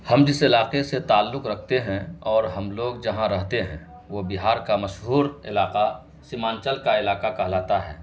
ہم جس علاقے سے تعلق رکھتے ہیں اور ہم لوگ جہاں رہتے ہیں وہ بہار کا مشہور علاقہ سیمانچل کا علاقہ کہلاتا ہے